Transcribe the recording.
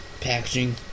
Packaging